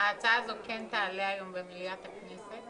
ההצעה הזאת תעלה היום במליאת הכנסת.